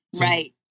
Right